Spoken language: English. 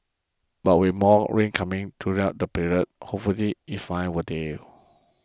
but with more rain coming during that period hopefully if fires will the